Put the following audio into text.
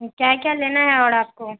کیا کیا لینا ہے اور آپ کو